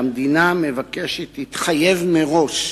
שהמדינה המבקשת תתחייב מראש